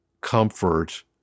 comfort